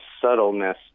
subtleness